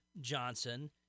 Johnson